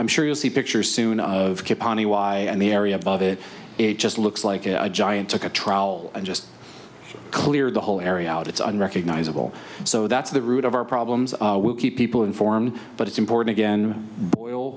i'm sure you'll see pictures soon of capon e y and the area above it it just looks like a giant took a trial and just cleared the whole area out it's unrecognizable so that's the root of our problems we'll keep people informed but it's important again boil